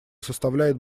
составляет